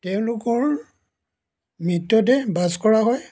তেওঁলোকৰ মৃতদেহ বাজ কৰা হয়